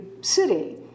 city